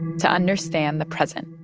to understand the present.